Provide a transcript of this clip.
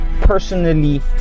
personally